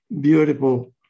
beautiful